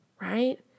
Right